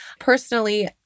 personally